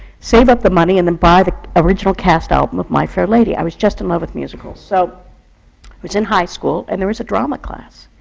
save up the money, and then buy the original cast album of my fair lady. i was just in love with musicals. so i was in high school, and there was a drama class.